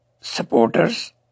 supporters